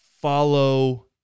Follow